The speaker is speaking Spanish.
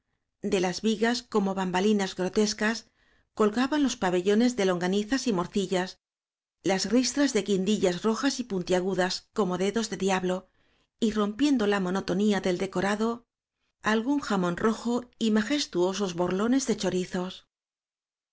de las vigas como bambalinas grotescas colgaban los pabellones de longanizas y morcillas las ristras de guindi llas rojas y puntiagudas como dedos de diablo y rompiendo la monotonía del decorado algún jamón rojo y majestuosos borlones de chorizos